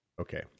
Okay